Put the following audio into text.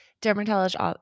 dermatologist